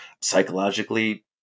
psychologically